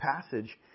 passage